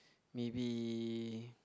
maybe